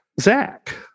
Zach